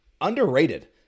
underrated